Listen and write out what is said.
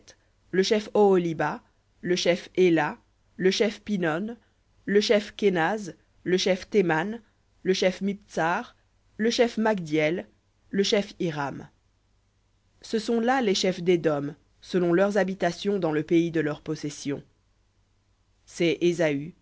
le chef oholibama le chef éla le chef pinon le chef kenaz le chef théman le chef mibtsar le chef magdiel le chef iram ce sont là les chefs d'édom selon leurs habitations dans le pays de leur possession